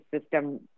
system